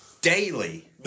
Daily